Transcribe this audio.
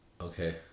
Okay